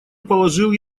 положил